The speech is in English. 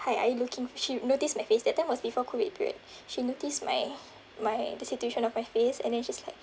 hi are you looking she notice my face that time was before COVID period she notice my my the situation of my face and then she's like